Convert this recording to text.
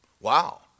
Wow